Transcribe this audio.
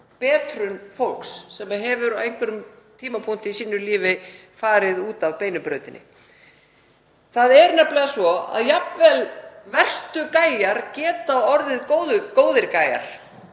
betrun fólks sem hefur á einhverjum tímapunkti í sínu lífi farið út af beinu brautinni. Það er nefnilega svo að jafnvel verstu gæjar geta orðið góðir gæjar,